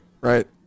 right